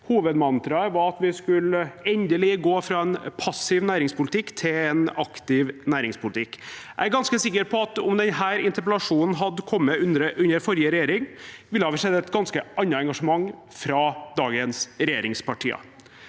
Hovedmantraet var at vi endelig skulle gå fra en passiv næringspolitikk til en aktiv næringspolitikk. Jeg er ganske sikker på at om denne interpellasjonen hadde kommet under forrige regjering, ville vi ha sett et ganske annet engasjement fra dagens regjeringspartier.